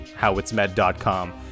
howitsmed.com